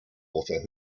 author